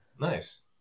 nice